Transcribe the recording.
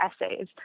essays